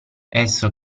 esso